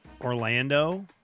Orlando